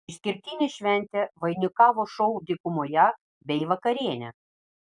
išskirtinę šventę vainikavo šou dykumoje bei vakarienė